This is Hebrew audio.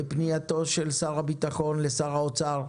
בפנייתו של שר הביטחון לשר האוצר,